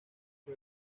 fue